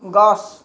গছ